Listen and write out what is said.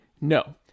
no